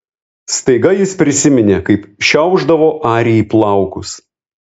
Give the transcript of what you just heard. staiga jis prisiminė kaip šiaušdavo arijai plaukus